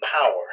power